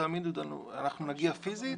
אז נגיע פיסית